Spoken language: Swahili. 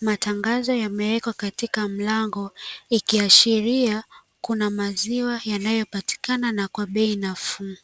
matangazo yamewekwa katika mlango ikiashiria kuna maziwa yanayopatikana na kwa bei nafuu.